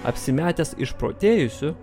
apsimetęs išprotėjusiu